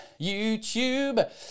YouTube